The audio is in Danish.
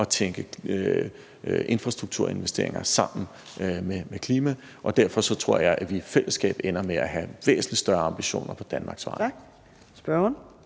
at tænke infrastrukturinvesteringer sammen med klima, og derfor tror jeg, at vi i fællesskab ender med at have væsentlig større ambitioner på Danmarks vegne. Kl.